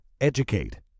Educate